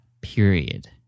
period